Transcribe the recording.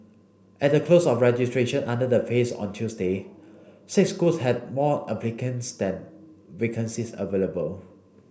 at the close of registration under the phase on Tuesday six schools had more applicants than vacancies available